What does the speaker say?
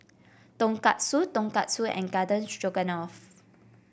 Tonkatsu Tonkatsu and Garden Stroganoff